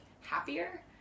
happier